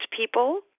people